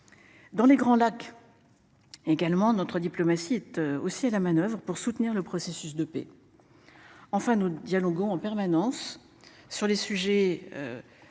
Dans les Grands Lacs. Également notre diplomatie tu aussi à la manoeuvre pour soutenir le processus de paix. Enfin nous dialoguons en permanence. Sur les sujets.